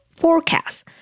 forecast